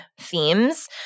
themes